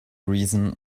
reason